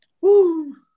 Woo